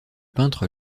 peintre